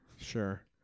Sure